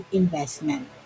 investment